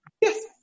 Yes